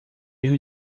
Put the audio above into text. erro